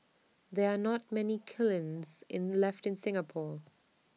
there are not many kilns in left in Singapore